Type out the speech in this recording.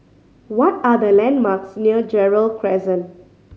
what are the landmarks near Gerald Crescent